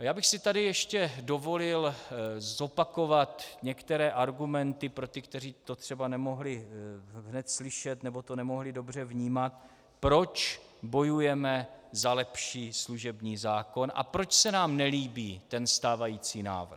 Já bych si tady ještě dovolil zopakovat některé argumenty pro ty, kteří to třeba nemohli hned slyšet, nebo to nemohli dobře vnímat, proč bojujeme za lepší služební zákon a proč se nám nelíbí ten stávající návrh.